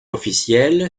officiel